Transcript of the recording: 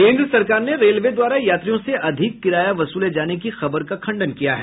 केन्द्र सरकार ने रेलवे द्वारा यात्रियों से अधिक किराया वसूले जाने की खबर का खंडन किया है